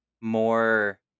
more